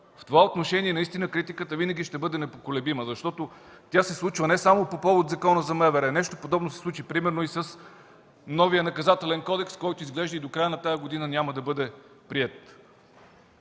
В това отношение наистина критиката винаги ще бъде непоколебима, защото тя се случва не само по повод Закона за МВР – нещо подобно се случи примерно и с новия Наказателен кодекс, който изглежда и до края на тази година няма да бъде приет.